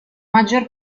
maggior